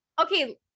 Okay